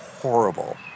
horrible